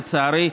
לצערי,